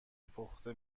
پخته